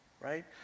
right